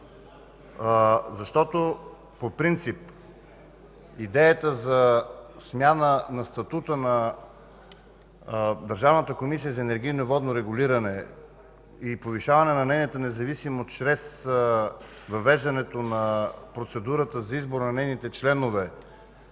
Защото по принцип идеята за смяна на статута на Държавната комисия за енергийно и водно регулиране и повишаване на нейната независимост чрез въвеждането на процедурата за избор на нейните членове